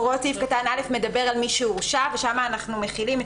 הוראות סעיף קטן (א) מדברות על מי שהורשע ושם אנחנו מחילים את